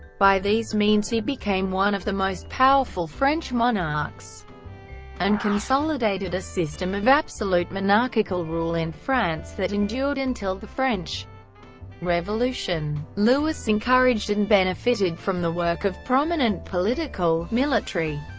by these means he became one of the most powerful french monarchs and consolidated a system of absolute monarchical rule in france that endured until the french revolution. louis encouraged and benefited from the work of prominent political, military,